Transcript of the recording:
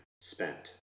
spent